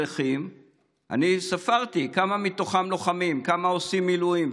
אני ספרתי כמה מתוכם לוחמים, כמה עושים מילואים.